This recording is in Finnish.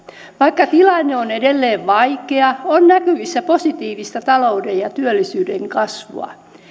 vaikka tilanne on edelleen vaikea on näkyvissä positiivista talouden ja työllisyyden kasvua